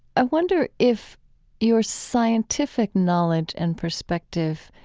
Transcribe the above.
i wonder if your scientific knowledge and perspective